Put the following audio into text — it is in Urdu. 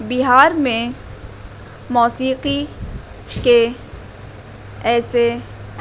بہار میں موسیقی کے ایسے